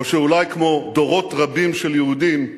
או שאולי, כמו דורות רבים של יהודים,